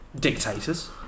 dictators